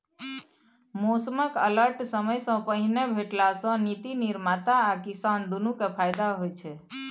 मौसमक अलर्ट समयसँ पहिने भेटला सँ नीति निर्माता आ किसान दुनु केँ फाएदा होइ छै